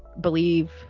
believe